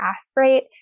aspirate